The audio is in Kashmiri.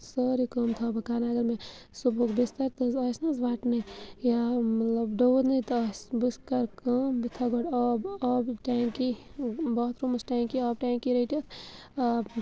سٲرٕے کٲم تھاو بہٕ کَرنَے اَگر مےٚ صُبحُک بِستَر تہِ حظ آسہِ نہ حظ وَٹنَے یا مَطلب ڈُونَے تہٕ آسہِ بہٕ کَرٕ کٲم بہٕ تھاو گۄڈٕ آب آبہٕ ٹینٛکی باتھروٗمَس ٹینٛکی آب ٹینٛکی رٔٹِتھ آب